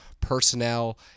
Personnel